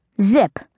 zip